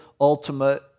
ultimate